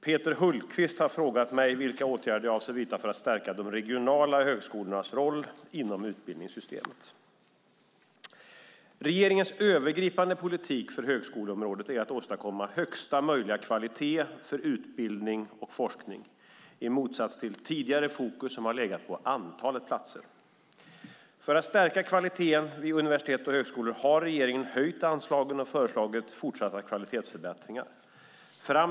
Peter Hultqvist har frågat mig vilka åtgärder jag avser att vidta för att stärka de regionala högskolornas roll inom utbildningssystemet. Regeringens övergripande politik för högskoleområdet är att åstadkomma högsta möjliga kvalitet för utbildning och forskning, i motsats till tidigare fokus, som har legat på antalet platser. För att stärka kvaliteten vid universitet och högskolor har regeringen höjt anslagen och föreslagit fortsatta kvalitetssatsningar.